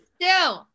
Two